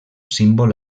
símbol